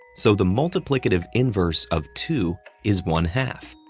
so the multiplicative inverse of two is one-half,